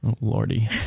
lordy